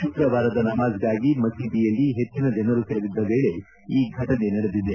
ಶುಕ್ರವಾರದ ನಮಾಜ್ಗಾಗಿ ಮಸೀದಿಯಲ್ಲಿ ಹೆಚ್ಚಿನ ಜನರು ಸೇರಿದ್ದ ವೇಳೆ ಈ ಘಟನೆ ನಡೆದಿದೆ